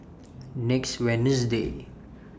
next Wednesday